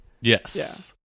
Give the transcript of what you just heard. Yes